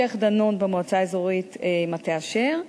שיח'-דנון במועצה האזורית מטה אשר,